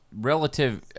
relative –